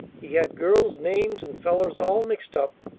he had girls' names and fellers' all mixed up,